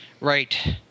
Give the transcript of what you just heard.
Right